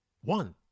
One